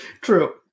True